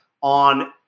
on